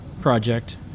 project